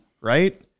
right